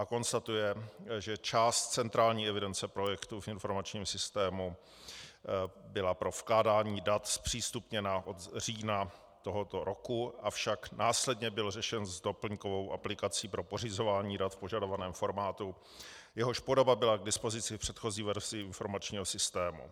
Konstatuje, že část centrální evidence projektu v informačním systému byla pro vkládání dat zpřístupněna od října tohoto roku, avšak následně byl řešen s doplňkovou aplikací pro pořizování dat v požadovaném formátu, jehož podoba byla k dispozici v předchozí verzi informačního systému.